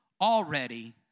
already